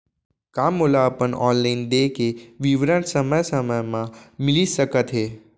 का मोला अपन ऑनलाइन देय के विवरण समय समय म मिलिस सकत हे?